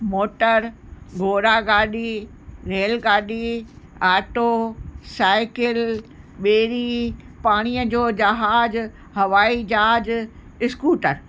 motor घोड़ा गाॾी rail गाॾी आटो साइकिल बेड़ी पाणीअ जो जहाज हवाई जहाज इस्कूटर